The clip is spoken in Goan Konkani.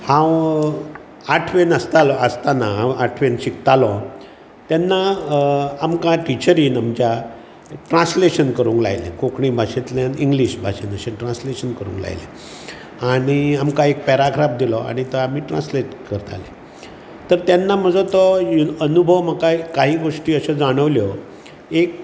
हांव आठवेंत आसतालो आसताना हांव आठवेंत शिकतालों तेन्ना आमकां टिचरीन आमच्या ट्रान्सलेशन करूंक लायलें कोंकणी भाशेंतल्यान इंग्लीश भाशेंत अशें ट्रान्सलेशन करूंक लायलें आनी आमकां एक पेराग्राफ दिलो आनी तो आमी ट्रान्सलेट करताले तर तेन्ना म्हजो तो अनुभव म्हाका कायी गोश्टी अशो जाणवल्यो एक